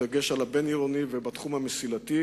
בדגש על הבין-עירוני, ובתחום המסילתי.